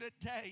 today